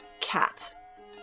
cat